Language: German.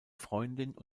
freundin